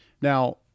now